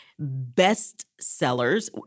bestsellers